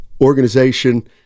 organization